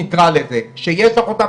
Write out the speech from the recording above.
נקרא לזה שיש לך אותה,